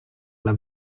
alla